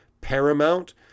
paramount